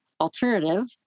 alternative